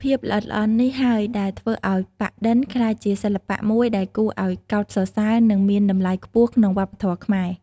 ភាពល្អិតល្អន់នេះហើយដែលធ្វើឱ្យប៉ាក់-ឌិន ក្លាយជាសិល្បៈមួយដែលគួរឱ្យកោតសរសើរ និងមានតម្លៃខ្ពស់ក្នុងវប្បធម៌ខ្មែរ។